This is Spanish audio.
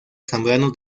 zambrano